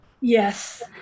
Yes